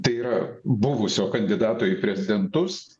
tai yra buvusio kandidato į prezidentus